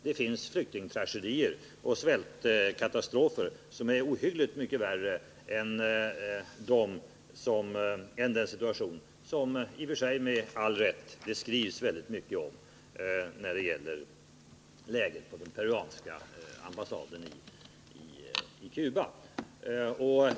Det finns flyktingtragedier och svältkatastrofer som är ohyggligt mycket värre, utan att det skrivs väldigt mycket om dem.